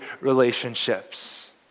relationships